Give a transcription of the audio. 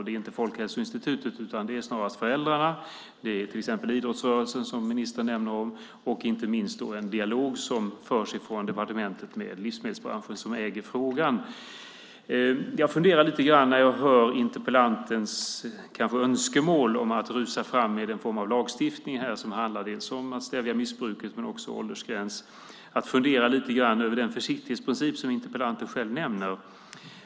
Det är inte Folkhälsoinstitutet, utan snarast föräldrarna och till exempel idrottsrörelsen, som ministern nämner. Det handlar inte minst om den dialog som förs mellan departementet och livsmedelsbranschen, som äger frågan. Jag funderar lite grann när jag hör interpellantens önskemål om att rusa fram med en form av lagstiftning. Det handlar dels om att stävja missbruket, dels om åldersgränser. Jag funderar över den försiktighetsprincip som interpellanten själv nämner.